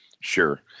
Sure